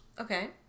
Okay